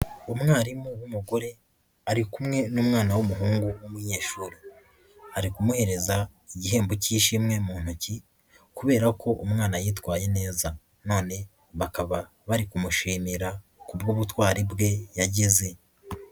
Umwarimu w'umugore ari kumwe n'umwana w'umuhungu w'umunyeshuri, ari kumuhereza igihembo cy'ishimwe mu ntoki kubera ko umwana yitwaye neza none bakaba bari kumushimira ku bw'ubutwari bwe yagize.